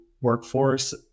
workforce